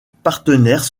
partenaires